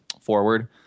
forward